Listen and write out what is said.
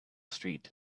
street